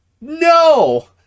No